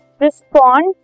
respond